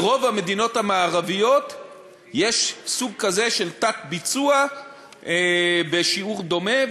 ברוב המדינות המערביות יש סוג כזה של תת-ביצוע בשיעור דומה,